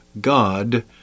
God